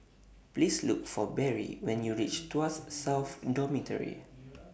Please Look For Barry when YOU REACH Tuas South Dormitory